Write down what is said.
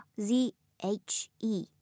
Z-H-E